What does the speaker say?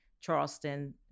Charleston